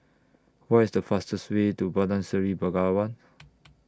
What IS The fastest Way to Bandar Seri Begawan